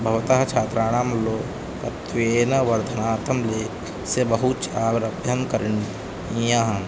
भवतः छात्राणां लोकत्वेन वर्धनार्थं लेखनस्य बहु छारभ्यं करणीयः